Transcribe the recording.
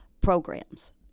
programs